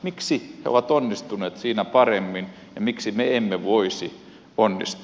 miksi he ovat onnistuneet siinä paremmin ja miksi me emme voisi onnistua